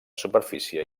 superfície